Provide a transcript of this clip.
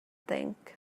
think